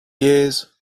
years